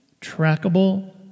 trackable